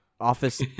Office